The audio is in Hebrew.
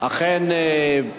אכן,